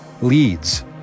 leads